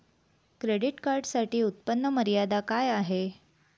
Credit कार्डसाठी उत्त्पन्न मर्यादा काय आहे?